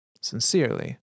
Sincerely